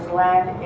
land